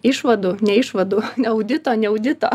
išvadų ne išvadų audito ne audito